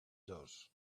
does